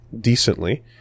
decently